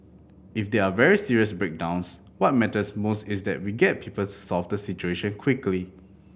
if there are very serious breakdowns what matters most is that we get people to solve the situation quickly